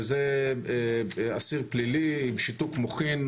זה אסיר פלילי עם שיתוק מוחין,